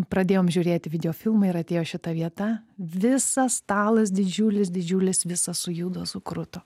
pradėjom žiūrėti videofilmą ir atėjo šita vieta visas stalas didžiulis didžiulis visas sujudo sukruto